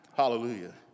Hallelujah